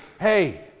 hey